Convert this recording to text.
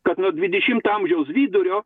kad nuo dvidešimto amžiaus vidurio